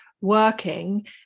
working